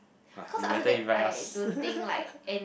!wah! you better invite us